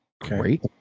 great